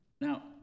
Now